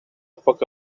poc